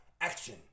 action